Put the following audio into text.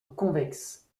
convexe